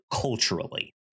culturally